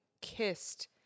kissed